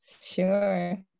sure